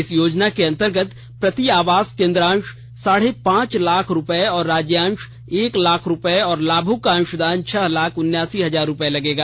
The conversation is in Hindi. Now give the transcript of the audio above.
इस योजना के अंतरगत प्रति आवास केंद्रांश साढ़े पांच लाख रूपये और राज्यांश एक लाख रूपये और लाभुक का अंशदान छह लाख उन्यासी हजार रूपये लगेगा